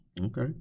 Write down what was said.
Okay